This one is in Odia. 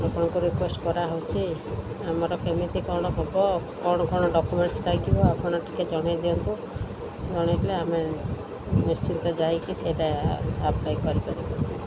ଆପଣଙ୍କୁ ରିିକ୍ୟୁଏଷ୍ଟ କରାହଉଛି ଆମର କେମିତି କ'ଣ ହବ କ'ଣ କ'ଣ ଡକ୍ୟୁମେଣ୍ଟସ୍ ଲାଗିବ ଆପଣ ଟିକେ ଜଣାଇ ଦିଅନ୍ତୁ ଜଣାଇଲେ ଆମେ ନିଶ୍ଚିନ୍ତ ଯାଇକି ସେଇଟା ଆପ୍ଲାଏ କରିଦବୁ